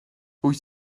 wyt